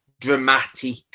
dramatic